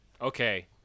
Okay